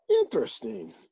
interesting